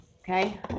Okay